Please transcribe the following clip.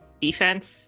defense